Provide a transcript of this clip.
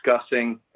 discussing